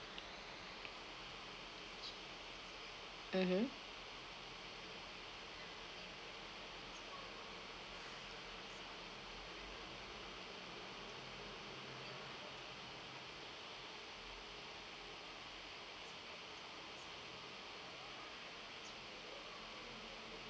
mmhmm